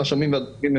הדבקה.